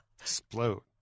Explode